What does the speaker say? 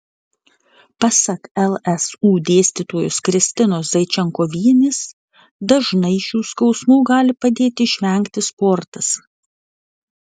pasak lsu dėstytojos kristinos zaičenkovienės dažnai šių skausmų gali padėti išvengti sportas